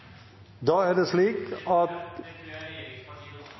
da er det viktig at